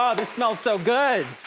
ah this smells so good!